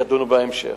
ידונו בהמשך.